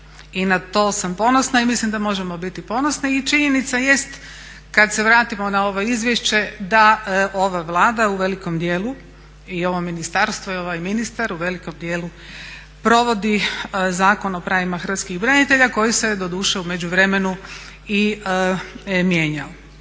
i na to sam ponosna i mislim da možemo biti ponosni. I činjenica jest kad se vratimo na ovo izvješće da ova Vlada u velikom dijelu, i ovo ministarstvo i ovaj ministar u velikom dijelu provodi Zakon o pravima hrvatskih branitelja koji se doduše u međuvremenu i mijenjao.